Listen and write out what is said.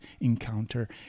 encounter